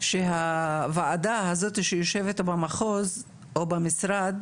שהוועדה הזאת שיושבת במחוז או במשרד,